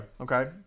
Okay